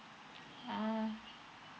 ah